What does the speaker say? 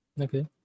okay